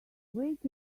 wait